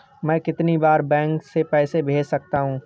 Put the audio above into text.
मैं कितनी बार बैंक से पैसे भेज सकता हूँ?